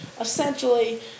essentially